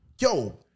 yo